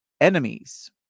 enemies